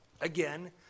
again